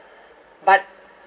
but